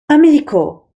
amiko